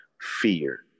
fear